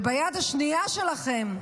וביד השנייה שלכם,